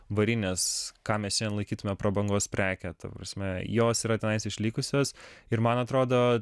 varinės ką mes šiandien laikytume prabangos preke ta prasme jos yra išlikusios ir man atrodo